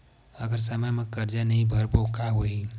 अगर समय मा कर्जा नहीं भरबों का होई?